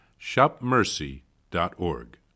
shopmercy.org